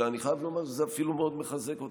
אלא שאני חייב לומר שזה אפילו מאוד מחזק אותי,